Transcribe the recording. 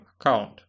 account